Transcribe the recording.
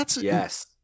yes